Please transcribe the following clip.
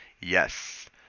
Yes